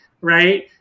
right